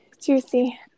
Juicy